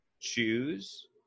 choose